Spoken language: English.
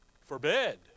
forbid